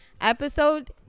episode